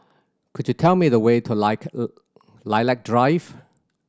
could you tell me the way to Like Lilac Drive